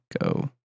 go